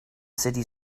city